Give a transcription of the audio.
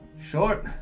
short